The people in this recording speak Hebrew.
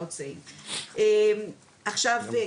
עכשיו,